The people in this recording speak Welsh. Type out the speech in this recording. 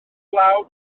glaw